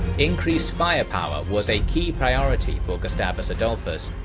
increased firepower was a key priority for gustavus adolphus,